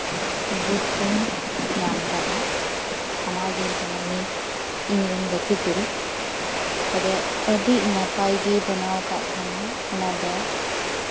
gift ᱤᱧ ᱧᱟᱢ ᱟᱠᱟᱫᱟ ᱮᱢᱟᱣᱟᱫᱤᱧ ᱛᱟᱦᱮᱸᱱᱮ ᱩᱱᱤ ᱤᱧᱨᱮᱱ ᱜᱟᱛᱮ ᱠᱩᱲᱤ ᱛᱚᱵᱮ ᱟᱹᱰᱤ ᱱᱟᱯᱟᱭ ᱜᱮ ᱵᱮᱱᱟᱣ ᱟᱠᱟᱫ ᱛᱟᱦᱮᱸᱱᱟ ᱚᱱᱟ ᱵᱮᱜᱽ